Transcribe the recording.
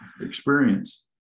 experience